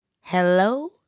Hello